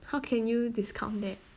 how can you discount that